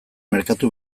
merkatu